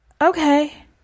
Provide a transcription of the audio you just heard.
Okay